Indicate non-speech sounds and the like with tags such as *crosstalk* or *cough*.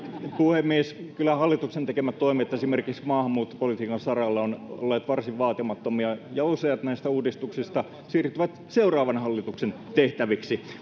puhemies kyllä hallituksen tekemät toimet esimerkiksi maahanmuuttopolitiikan saralla ovat olleet varsin vaatimattomia ja useat näistä uudistuksista siirtyvät seuraavan hallituksen tehtäviksi *unintelligible*